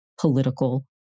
political